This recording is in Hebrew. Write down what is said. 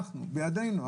אנחנו בידינו,